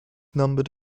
numbered